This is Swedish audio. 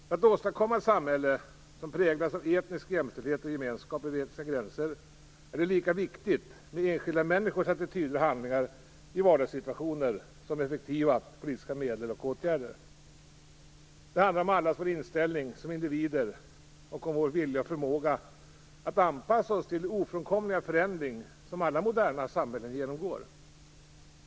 För att åstadkomma ett samhälle som präglas av etnisk jämställdhet och gemenskap över etniska gränser är det lika viktigt med enskilda människors attityder och handlingar i vardagssituationer som med effektiva politiska medel och åtgärder. Det handlar om allas vår inställning som individer och om vår vilja och förmåga att anpassa oss till den ofrånkomliga förändring som alla moderna samhällen genomgår.